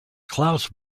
klaus